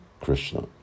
Krishna